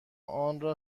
آنرا